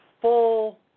full